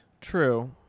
True